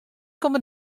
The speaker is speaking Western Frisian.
komme